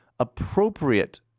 appropriate